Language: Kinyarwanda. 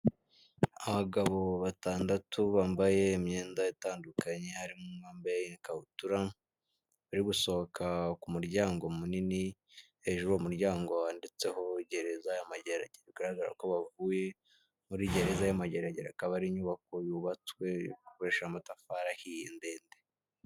Abagabo batandatu bambaye imyenda itandukanye harimo uwambaye ikabutura bari gusohoka ku muryango munini hejuru uwo muryango wanditseho gereza yagera bigaragara ko bavuye muri gereza ya Mageragere akaba ari inyubako yubatswe ikoresha amatafari ahiye ndende.